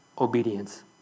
obedience